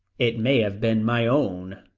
it may have been my own.